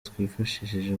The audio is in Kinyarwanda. twifashishije